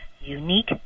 unique